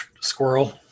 Squirrel